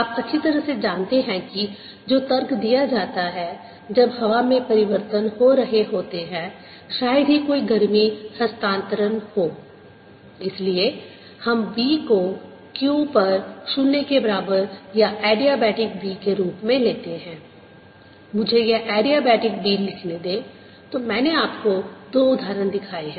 आप अच्छी तरह से जानते हैं कि जो तर्क दिया जाता है जब हवा में परिवर्तन हो रहे होते हैं शायद ही कोई गर्मी हस्तांतरण हो